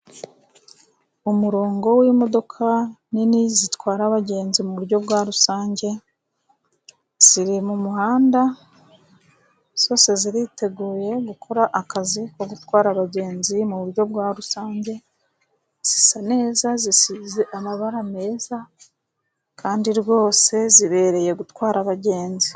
Umurongo w'imodoka nini zitwara abagenzi mu buryo bwa rusange, ziri mu muhanda zose ziriteguye gukora akazi ko gutwara abagenzi mu buryo bwa rusange, zisa neza zisize amabara meza, kandi rwose zibereye gutwara abagenzi.